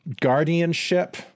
guardianship